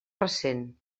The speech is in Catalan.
recent